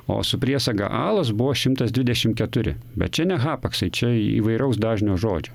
o su priesaga alas buvo šimtas dvidešim keturi bet čia ne hapaksai čia įvairaus dažnio žodžio